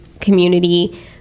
community